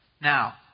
Now